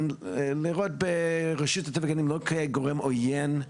לראות ברשות הטבע והגנים לא כגורם עוין,